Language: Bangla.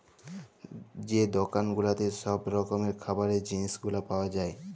যে দকাল গুলাতে ছব রকমের খাবারের জিলিস গুলা পাউয়া যায়